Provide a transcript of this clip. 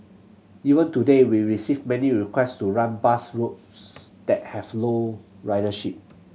even today we receive many request to run bus routes that have low ridership